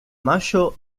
mayo